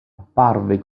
apparve